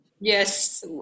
Yes